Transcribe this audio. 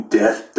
death